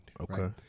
Okay